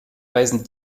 weisen